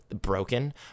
broken